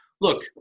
Look